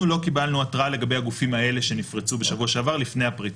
אנחנו לא קיבלנו התראה לגבי הגופים האלה שנפרצו בשבוע שעבר לפני הפריצה,